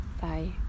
bye